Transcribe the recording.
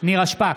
נירה שפק,